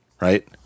right